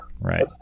right